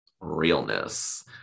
Realness